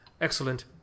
Excellent